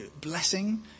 blessing